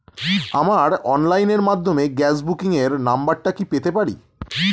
আমার অনলাইনের মাধ্যমে গ্যাস বুকিং এর নাম্বারটা কি পেতে পারি?